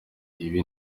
ibi